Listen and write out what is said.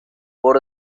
por